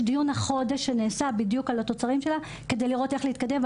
יש דיון שנעשה החודש על התוצרים שלה כדי לראות איך להתקדם.